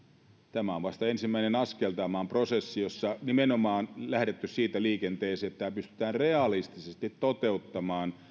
tämä on vasta ensimmäinen askel tämä on prosessi jossa nimenomaan on lähdetty siitä liikenteeseen että tämä pystytään realistisesti toteuttamaan